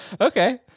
Okay